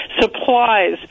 supplies